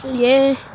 yeah.